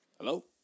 Hello